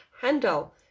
handle